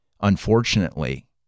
unfortunately